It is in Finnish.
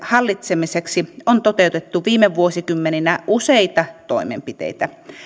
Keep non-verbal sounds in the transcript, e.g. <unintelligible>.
<unintelligible> hallitsemiseksi on toteutettu viime vuosikymmeninä useita toimenpiteitä